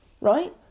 Right